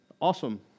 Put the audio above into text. Awesome